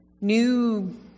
new